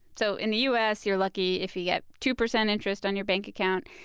so in the u s. you're lucky if you get two percent interest on your bank account.